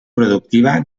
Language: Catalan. productiva